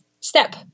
step